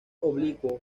oblicuo